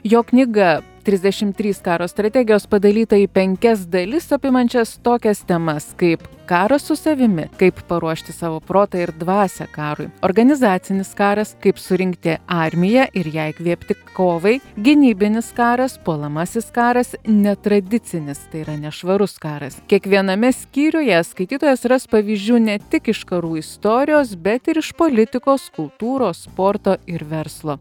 jo knyga trisdešim trys karo strategijos padalyta į penkias dalis apimančias tokias temas kaip karas su savimi kaip paruošti savo protą ir dvasią karui organizacinis karas kaip surinkti armiją ir ją įkvėpti kovai gynybinis karas puolamasis karas netradicinis tai yra nešvarus karas kiekviename skyriuje skaitytojas ras pavyzdžių ne tik iš karų istorijos bet ir iš politikos kultūros sporto ir verslo